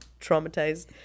traumatized